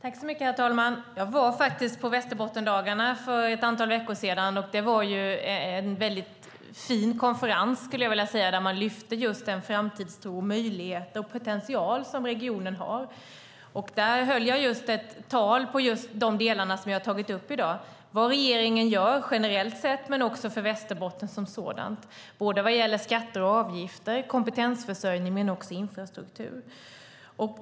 Herr talman! Jag var faktiskt på Västerbottensdagarna för ett antal veckor sedan. Det var en mycket fin konferens, skulle jag vilja säga, där man lyfte fram just den framtidstro, de möjligheter och den potential som regionen har. Där höll jag ett tal om just de delar som jag har tagit upp i dag, vad regeringen gör generellt sett men också för Västerbotten vad gäller skatter och avgifter, kompetensförsörjning samt också infrastruktur.